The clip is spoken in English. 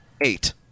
eight